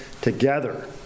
together